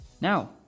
Now